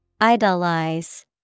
Idolize